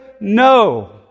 No